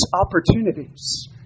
opportunities